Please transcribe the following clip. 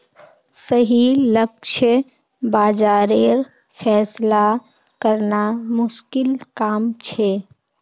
सही लक्ष्य बाज़ारेर फैसला करना मुश्किल काम छे